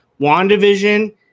WandaVision